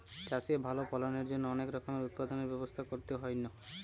চাষে ভালো ফলনের জন্য অনেক রকমের উৎপাদনের ব্যবস্থা করতে হইন